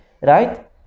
Right